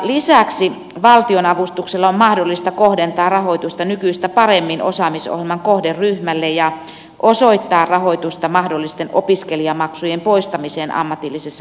lisäksi valtionavustuksella on mahdollista kohdentaa rahoitusta nykyistä paremmin osaamisohjelman kohderyhmälle ja osoittaa rahoitusta mahdollisten opiskelijamaksujen poistamiseen ammatillisessa lisäkoulutuksessa